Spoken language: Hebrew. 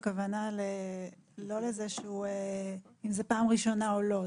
הכוונה לא אם זאת פעם ראשונה או לא.